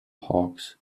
hawks